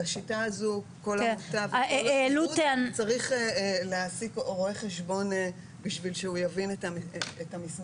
בשיטה הזו צריך להעסיק רואה חשבון בשביל שהוא יבין את המסמכים.